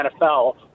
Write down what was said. NFL